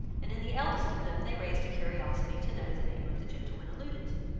and in the eldest of them they raised a curiosity to know the name of the gentleman alluded to,